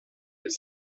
deux